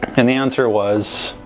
and the answer was